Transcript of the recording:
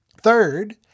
Third